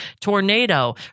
tornado